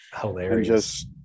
Hilarious